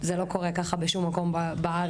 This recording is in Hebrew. זה לא קורה ככה בשום מקום בארץ.